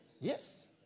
Yes